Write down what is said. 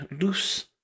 loose